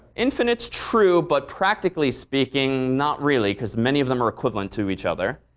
infinite's true, but practically speaking not really because many of them are equivalent to each other.